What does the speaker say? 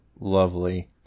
lovely